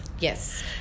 Yes